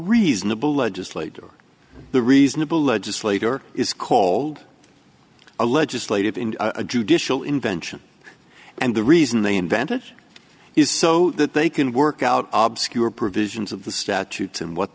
reasonable legislator the reasonable legislator is cold a legislative in a judicial invention and the reason they invented is so that they can work out your provisions of the statutes and what